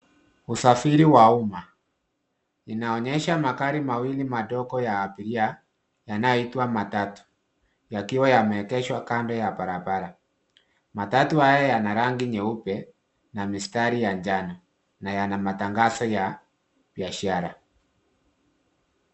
Usafiri wa umma, inaonyesha magari mawili madogo ya abiria yanayo itwa matatu yakiwa yameegeshwa kando ya barabara matatu haya yana rangi nyeupe na mistari ya njano na yana matangazo ya biashara.